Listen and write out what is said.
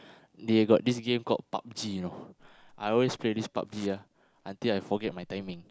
they got this game called Pub-G you know I always play this Pub-G ah until I forget my timing